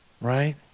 Right